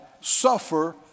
suffer